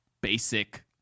basic